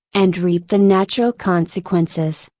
and reap the natural consequences.